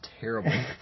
terrible